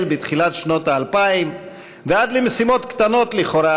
בתחילת שנות האלפיים ועד למשימות קטנות לכאורה,